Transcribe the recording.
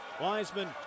Wiseman